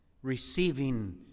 receiving